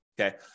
Okay